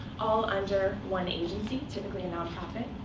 all under one agency, typically a nonprofit.